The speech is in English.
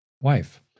wife